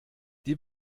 die